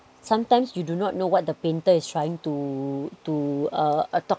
sometimes you do not know what the painter is trying to to uh talk